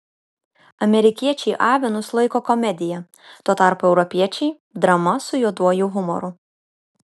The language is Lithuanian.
amerikiečiai avinus laiko komedija tuo tarpu europiečiai drama su juoduoju humoru